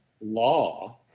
law